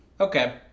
Okay